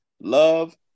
love